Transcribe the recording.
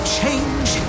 change